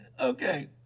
Okay